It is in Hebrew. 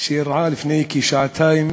שאירעה לפני כשעתיים